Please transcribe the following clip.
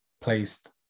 placed